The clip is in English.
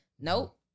Nope